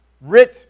rich